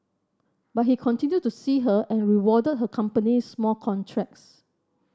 but he continued to see her and rewarded her companies more contracts